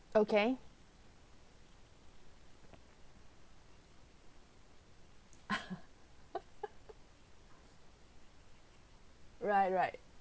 okay right right